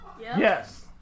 Yes